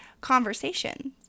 conversations